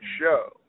show